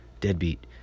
deadbeat